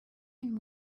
and